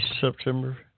September